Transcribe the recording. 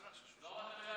לא רק,